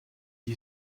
you